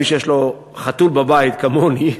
מי שיש לו חתול בבית, כמוני,